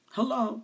Hello